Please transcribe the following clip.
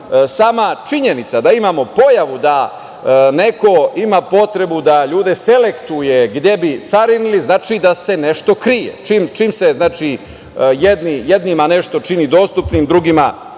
sama činjenica da imamo pojavu da neko ima potrebu da ljude selektuje gde bi carinili znači da se nešto krije. Čim se jednima nešto čini dostupnim, drugima ne,